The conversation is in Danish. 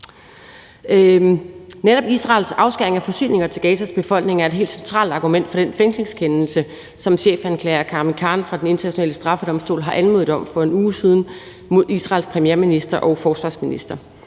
Netop Israels afskæring af forsyninger til Gazas befolkning er et helt centralt argument for den fængslingskendelse, som chefanklager Karim Khan fra Den Internationale Straffedomstol har anmodet om for en uge siden mod Israels premierminister og forsvarsminister.